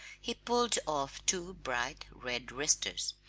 he pulled off two bright red wristers.